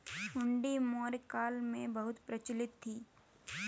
हुंडी मौर्य काल में बहुत प्रचलित थी